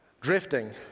drifting